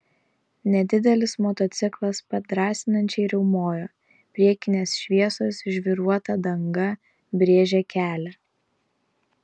nedidelis motociklas padrąsinančiai riaumojo priekinės šviesos žvyruota danga brėžė kelią